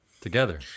Together